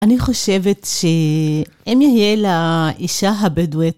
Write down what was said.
אני חושבת שאם יהיה לאישה הבדואית.